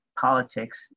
politics